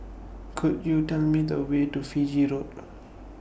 Could YOU Tell Me The Way to Fiji Road